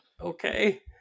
Okay